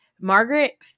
Margaret